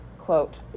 quote